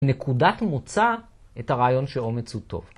נקודת מוצא את הרעיון שאומץ הוא טוב.